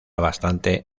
bastante